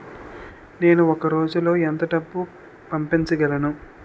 నేను ఒక రోజులో ఎంత డబ్బు పంపించగలను?